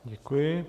Děkuji.